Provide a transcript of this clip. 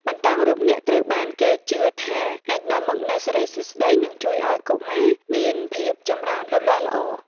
បណ្ដោងរូបនាគត្រូវបានគេជឿថាអាចនាំមកនូវសិរីសួស្តី និងជួយឱ្យកុមារមានភាពចម្រើនលូតលាស់ល្អ។